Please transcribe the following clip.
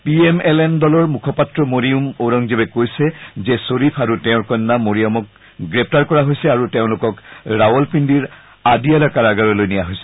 P M L N দলৰ মুখপাত্ৰ মৰিয়ুম ঔৰংজেবে কৈছে যে শ্বৰিফ আৰু তেওঁৰ কন্যা মৰিয়মক গ্ৰেপ্তাৰ কৰা হৈছে আৰু তেওঁলোকক ৰাৱলপিণ্ডিৰ আদিয়ালা কাৰাগাৰলৈ নিয়া হৈছে